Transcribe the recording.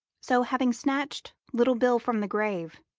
so, having snatched little bill from the grave,